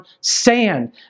sand